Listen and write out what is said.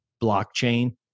blockchain